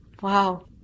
Wow